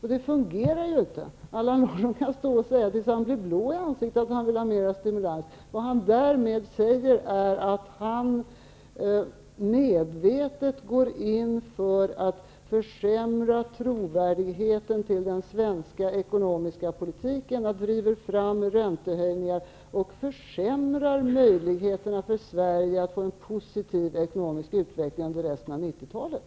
Men det fungerar inte. Allan Larsson kan stå och säga tills han blir blå i ansiktet att han vill ha mer stimulans. Vad han därmed säger är att han medvetet går in för att försämra trovärdigheten hos den svenska ekonomiska politiken och därmed driver fram räntehöjningar och försämrar möjligheterna för Sverige att få en positiv ekonomisk utveckling under resten av 90-talet.